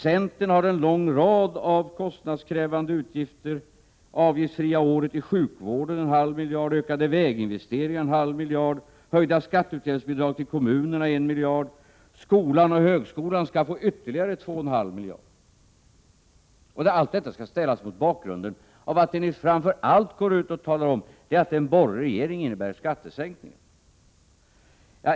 Centern har en lång rad av kostnadskrävande utgifter: avgiftsfria året i sjukvården tar en halv miljard, ökade väginvesteringar tar en halv miljard och höjda skatteutjämningsbidrag till kommunerna en miljard. Skolan och högskolan skall få ytterligare 2,5 miljarder. Allt detta skall ställas mot bakgrunden av att det ni framför allt går ut och talar om är att en borgerlig regering innebär skattesänkning.